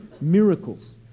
miracles